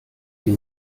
sie